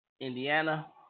Indiana